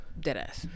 Deadass